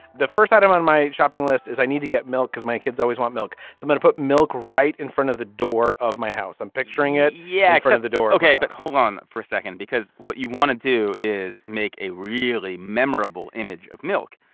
the first item on my shopping list is i need to get milk because my kids always want milk. so men put milk right in front of the door of my house. i'm picturing it. yeah. have kind of the door. ok but hold on for a second, because what you want to do is make a really memorable image of milk.